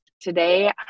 Today